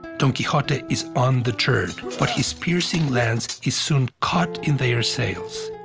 don quixote is undeterred, but his piercing lance is soon caught in their sails.